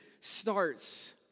starts